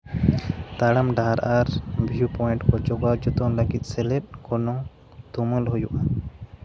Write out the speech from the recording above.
ᱛᱟᱲᱟᱢ ᱰᱟᱦᱟᱨ ᱟᱨ ᱵᱷᱤᱭᱩ ᱯᱚᱭᱮᱱᱴ ᱠᱚ ᱡᱚᱜᱟᱣ ᱡᱚᱛᱚᱱ ᱞᱟᱹᱜᱤᱫ ᱥᱮᱞᱮᱫᱚᱜ ᱜᱚᱱᱚᱝ ᱛᱩᱢᱟᱹᱞ ᱦᱩᱭᱩᱜᱼᱟ